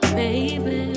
baby